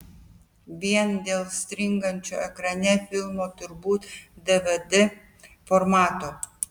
vien dėl stringančio ekrane filmo turbūt dvd formato